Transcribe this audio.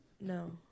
No